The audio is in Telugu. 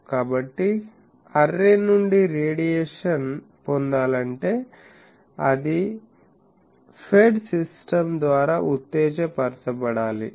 కాబట్టి అర్రే నుండి రేడియేషన్ పొందాలంటే అది ఫెడ్ సిస్టమ్ ద్వారా ఉత్తేజపరచబడాలి